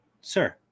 sir